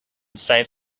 save